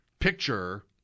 picture